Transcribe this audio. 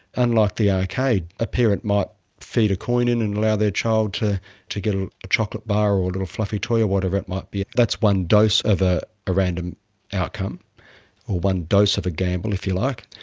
unlike the arcade, a parent might feed a coin in and allow their child to to get a chocolate bar or a little fluffy toy or whatever it might be. that's one dose of a a random outcome or one dose of a gamble, if you like.